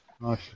Nice